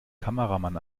kameramann